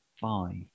five